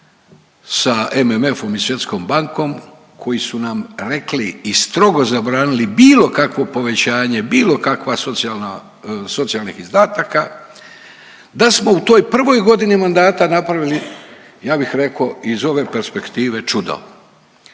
sa MMF-om i Svjetskom bankom koji su nam rekli i strogo zabranili bilo kakvo povećanje, bilo kakva socijalna, socijalnih izdataka, da smo u toj prvoj godini mandata napravili ja bih rekao iz ove perspektive čudo.